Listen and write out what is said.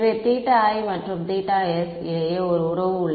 எனவே i மற்றும் s இடையே ஒரு உறவு உள்ளது